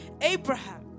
Abraham